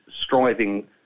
striving